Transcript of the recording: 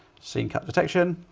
scene cut detection.